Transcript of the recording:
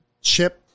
Chip